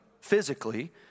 physically